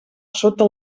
sota